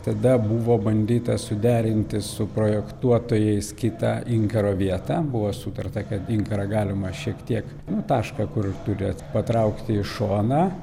tada buvo bandyta suderinti su projektuotojais kitą inkaro vietą buvo sutarta kad inkarą galima šiek tiek nu tašką kur turėtų patraukti į šoną